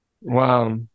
Wow